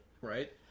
right